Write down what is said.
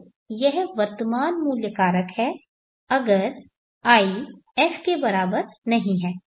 तो यह वर्तमान मूल्य कारक है अगर i f के बराबर नहीं है